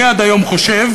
אני עד היום חושב